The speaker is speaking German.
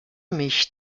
mich